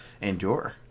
endure